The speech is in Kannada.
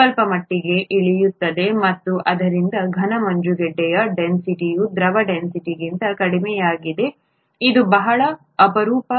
ಸ್ವಲ್ಪಮಟ್ಟಿಗೆ ಇಳಿಯುತ್ತದೆ ಮತ್ತು ಆದ್ದರಿಂದ ಘನ ಮಂಜುಗಡ್ಡೆಯ ಡೆನ್ಸಿಟಿಯು ದ್ರವ ಡೆನ್ಸಿಟಿಗಿಂತ ಕಡಿಮೆಯಾಗಿದೆ ಇದು ಬಹಳ ಅಪರೂಪ